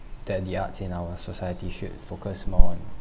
that the arts in our society should focus more on